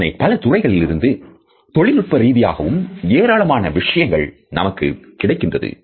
இதனால் பல துறைகளிலிருந்து தொழில்நுட்ப ரீதியாகவும் ஏராளமான விஷயங்கள் நமக்கு கிடைக்கிறது